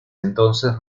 entonces